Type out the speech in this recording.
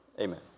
Amen